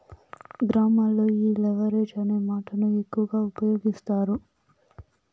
గ్రామాల్లో ఈ లెవరేజ్ అనే మాటను ఎక్కువ ఉపయోగిస్తారు